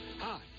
Hi